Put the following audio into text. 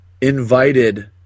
invited –